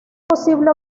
posible